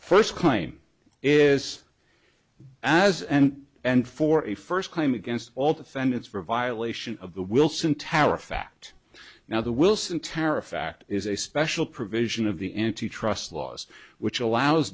first claim is as and and for a first time against all defendants for violation of the wilson tower a fact now the wilson tariff fact is a special provision of the antitrust laws which allows